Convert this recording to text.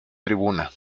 tribuna